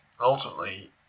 ultimately